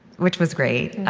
which was great.